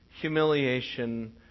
humiliation